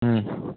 ம்